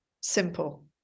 simple